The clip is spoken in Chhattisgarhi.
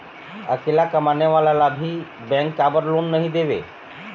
अकेला कमाने वाला ला भी बैंक काबर लोन नहीं देवे?